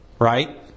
Right